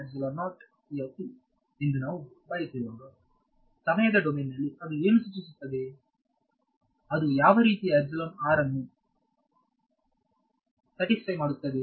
ಆದ್ದರಿಂದಎಂದು ನಾವು ಬರೆಯುತ್ತಿರುವಾಗ ಸಮಯದ ಡೊಮೇನ್ನಲ್ಲಿ ಅದು ಏನು ಸೂಚಿಸುತ್ತದೆ ಅದು ಯಾವ ರೀತಿಯ ಅನ್ನು ಸ್ಯಾಟಿಸ್ಫೈ ಮಾಡುತ್ತದೆ